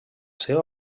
seva